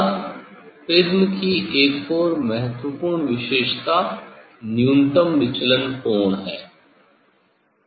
अब प्रिज्म की एक और महत्वपूर्ण विशेषता न्यूनतम विचलन कोण है